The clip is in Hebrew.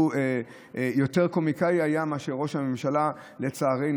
שהוא יותר קומיקאי מאשר ראש הממשלה, לצערנו.